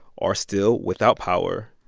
are still without power,